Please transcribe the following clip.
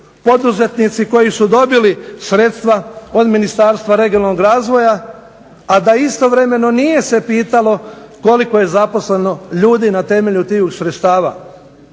poduzetnici koji su dobili sredstva od Ministarstva regionalnog razvoja a da istovremeno nije se pitalo koliko je zaposleno ljudi na temelju tiju sredstava.